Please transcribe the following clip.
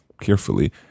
carefully